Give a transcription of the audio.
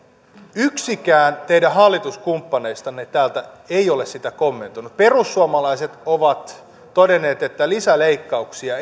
yksikään teidän hallituskumppaneistanne täältä ei ole sitä kommentoinut perussuomalaiset ovat todenneet että lisäleikkauksia